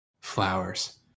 flowers